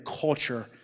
culture